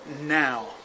now